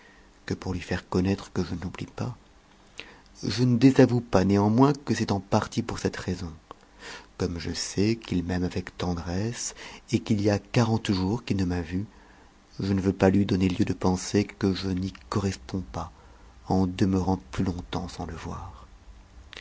que pour lui faire connaître que je ne l'oublie pas le ne désavoue pas néanmoins que c'est en partie pour cette raison comme je sais qu'il m'aime avec tendresse et qu'il y a quarante jours qu'il ne m'a vu je ne veux pas lui donner lieu de penser que je n'y corresponds pas en demeurant plus longtemps sans le voir